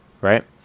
right